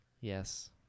Yes